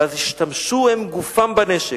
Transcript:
ואז ישתמשו הם גופם בנשק.